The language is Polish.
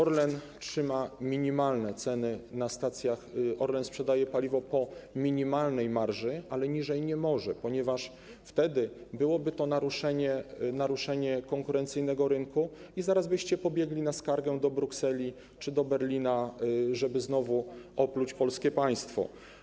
Orlen trzyma minimalne ceny na stacjach, Orlen sprzedaje paliwo po minimalnej marży, ale niżej nie może, ponieważ wtedy byłoby to naruszenie konkurencyjnego rynku i zaraz byście pobiegli na skargę do Brukseli czy do Berlina, żeby znowu opluć polskie państwo.